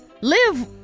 Live